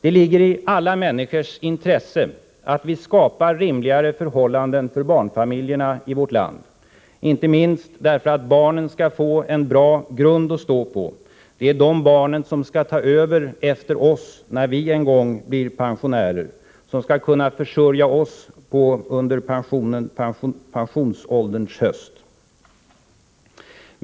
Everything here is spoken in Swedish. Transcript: Det ligger i alla människors intresse att skapa rimligare förhållanden för barnfamiljerna i vårt land, inte minst därför att barnen skall få en bra grund att stå på. Det är dessa barn som skall ta över efter oss när vi en gång blir pensionärer och som skall kunna försörja oss på ålderns höst.